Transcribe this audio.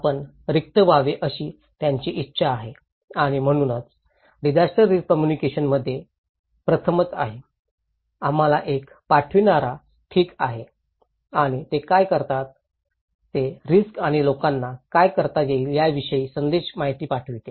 आपण रिक्त व्हावे अशी त्यांची इच्छा आहे आणि म्हणूनच डिजास्टर रिस्क कम्युनिकेशन मधे प्रथम आहे आम्हाला एक पाठविणारा ठीक आहे आणि ते काय करतात ते रिस्क आणि लोकांना काय करता येईल याविषयी संदेश माहिती पाठवते